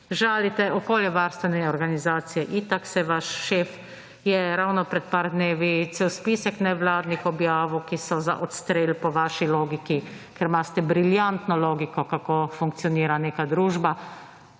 Žalite okoljevarstvene organizacije. Itak, saj vaš šef je ravno pred par dnevi cel spisek nevladnih objavil, ki so za odstrel po vaši logiki, ker imate briljantno logiko kako funkcionira neka družba.